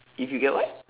if you get what